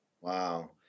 Wow